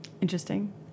Interesting